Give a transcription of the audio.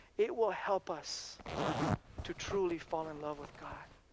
it will help us to truly fall in love with god.